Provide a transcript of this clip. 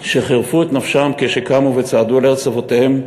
שחירפו את נפשם כשקמו וצעדו אל ארץ אבותיהם,